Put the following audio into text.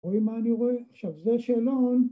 רואים מה אני רואה? עכשיו זה שאלון...